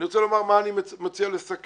אני רוצה לומר מה אני מציע לסכם.